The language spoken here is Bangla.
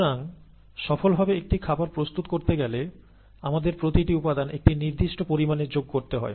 সুতরাং সফলভাবে একটি খাবার প্রস্তুত করতে গেলে আমাদের প্রতিটি উপাদান একটি নির্দিষ্ট পরিমাণে যোগ করতে হয়